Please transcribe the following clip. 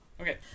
Okay